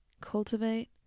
cultivate